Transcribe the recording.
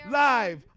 live